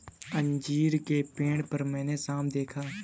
अंजीर के पेड़ पर मैंने साँप देखा